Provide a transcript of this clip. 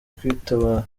kwitabara